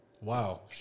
wow